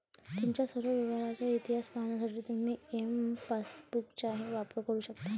तुमच्या सर्व व्यवहारांचा इतिहास पाहण्यासाठी तुम्ही एम पासबुकचाही वापर करू शकता